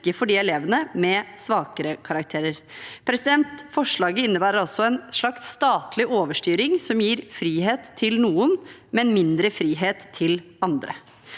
for de elevene med svakere karakterer. Forslaget innebærer altså en slags statlig overstyring som gir frihet til noen, men mindre frihet til andre.